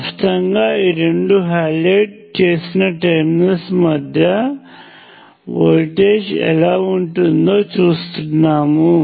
స్పష్టంగా ఈ రెండు హైలైట్ చేసిన టెర్మినల్స్ మధ్య వోల్టేజ్ ఎలా ఉంటుందో చూస్తున్నాము